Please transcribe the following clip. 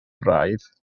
braidd